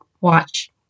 watch